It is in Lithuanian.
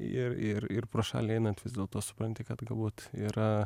ir ir ir pro šalį einant vis dėlto supranti kad galbūt yra